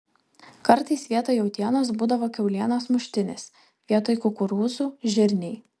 kartais vietoj jautienos būdavo kiaulienos muštinis vietoj kukurūzų žirniai